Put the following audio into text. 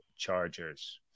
Chargers